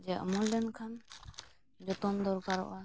ᱡᱮ ᱚᱢᱚᱱ ᱞᱮᱱᱠᱷᱟᱱ ᱡᱚᱛᱚᱱ ᱫᱚᱨᱠᱟᱨᱚᱜᱼᱟ